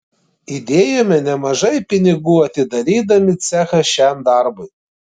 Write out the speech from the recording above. įdėjome nemažai pinigų atidarydami cechą šiam darbui